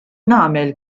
nagħmel